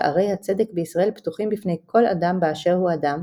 שערי הצדק בישראל פתוחים בפני כל אדם באשר הוא אדם,